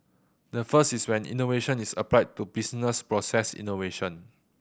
the first is where innovation is applied to business process innovation